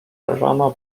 rano